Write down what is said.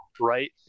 right